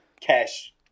cash